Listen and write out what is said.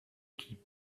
keep